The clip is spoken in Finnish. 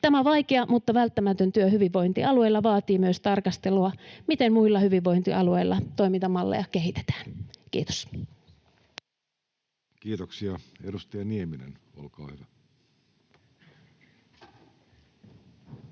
Tämä vaikea mutta välttämätön työ hyvinvointialueilla vaatii myös tarkastelua, miten muilla hyvinvointialueilla toimintamalleja kehitetään. — Kiitos. [Speech 109] Speaker: Jussi